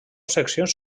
seccions